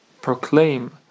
proclaim